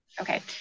Okay